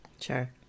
Sure